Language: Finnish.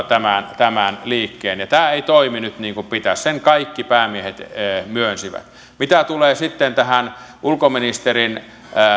tämän tämän liikkeen tämä ei toimi nyt niin kuin pitäisi sen kaikki päämiehet myönsivät mitä tulee tähän ulkoministerin